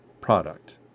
product